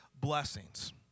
blessings